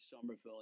Somerville